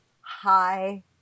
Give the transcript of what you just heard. hi